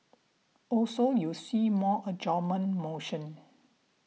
also you see more adjournment motions